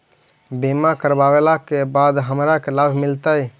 बीमा करवला के बाद हमरा का लाभ मिलतै?